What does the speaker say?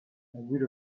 would